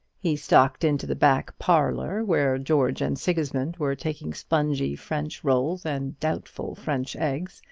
he stalked into the back parlour, where george and sigismumd were taking spongy french rolls and doubtful french eggs,